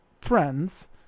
friends